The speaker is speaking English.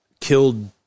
killed